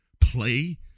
play